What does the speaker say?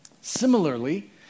Similarly